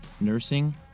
nursing